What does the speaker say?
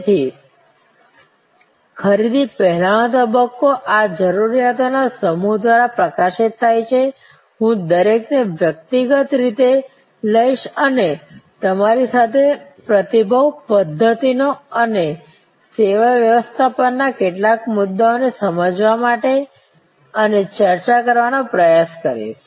તેથી ખરીદી પહેલાનો તબક્કો આ જરૂરિયાતોના સમૂહ દ્વારા પ્રકાશિત થાય છે હું દરેકને વ્યક્તિગત રીતે લઈશ અને તમારી સાથે પ્રતિભાવ પદ્ધતિઓ અને સેવા વ્યવસ્થાપનના કેટલાક મુદ્દાઓને સમજવા અને ચર્ચા કરવાનો પ્રયાસ કરીશ